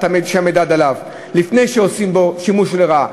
שהמידע דלף לפני שעושים בו שימוש לרעה,